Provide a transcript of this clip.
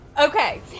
Okay